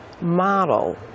model